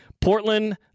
Portland